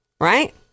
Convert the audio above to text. Right